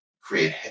create